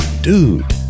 dude